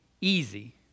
easy